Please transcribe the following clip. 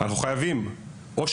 ואני מאוד מקווה שכך יקרה כי זה חובתנו,